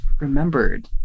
remembered